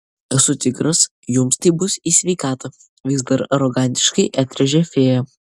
esu tikras jums tai bus į sveikatą vis dar arogantiškai atrėžė fėja